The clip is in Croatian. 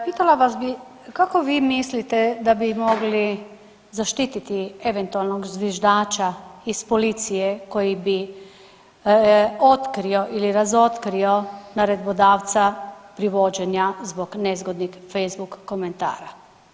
Pitala vas bi kako vi mislite da bi mogli zaštititi eventualnog zviždača iz policije koji bi otkrio ili razotkrio naredbodavca privođenja zbog nezgodnih facebook komentara?